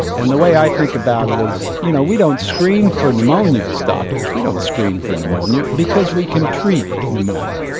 and the way i think about it is you know we don't screen for pneumonia as doctors, we don't screen for pneumonia because we can treat pneumonia.